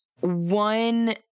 one